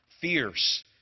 fierce